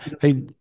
hey